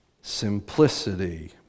Simplicity